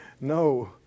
No